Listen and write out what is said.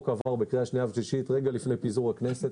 עבר בקריאה שנייה ושלישית רגע לפני פיזור הכנסת,